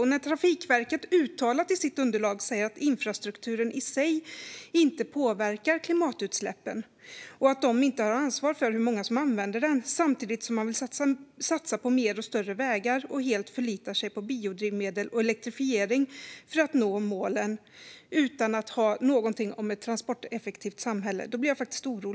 Jag blir orolig när Trafikverket i sitt underlag uttalat säger att infrastrukturen i sig inte påverkar klimatutsläppen och att de inte har ansvar för hur många som använder den samtidigt som man vill satsa på mer och större vägar och helt förlitar sig på biodrivmedel och elektrifiering för att nå målen utan att ha med någonting om ett transporteffektivt samhälle.